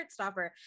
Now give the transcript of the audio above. Heartstopper